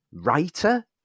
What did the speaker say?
writer